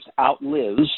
outlives